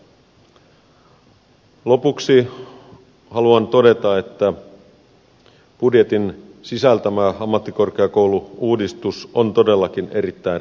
lopuksi haluan todeta että budjetin sisältämä ammattikorkeakoulu uudistus on todellakin erittäin raju